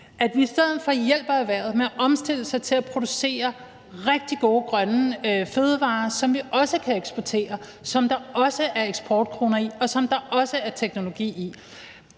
at vi i stedet for hjælper erhvervet med at omstille sig til at producere rigtig gode, grønne fødevarer, som også kan eksporteres, som der også er eksportkroner i, og som der også er teknologi i.